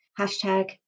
Hashtag